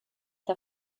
der